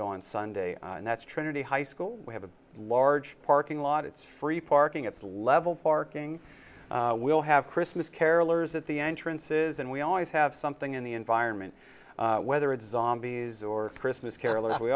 go on sunday and that's trinity high school we have a large parking lot it's free parking it's level parking we'll have christmas carolers at the entrances and we always have something in the environment whether it's zombies or christmas carol